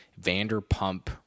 Vanderpump